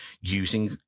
using